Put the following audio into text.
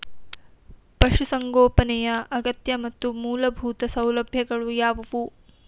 ಪಶುಸಂಗೋಪನೆಯ ಅಗತ್ಯ ಮತ್ತು ಮೂಲಭೂತ ಸೌಲಭ್ಯಗಳು ಯಾವುವು?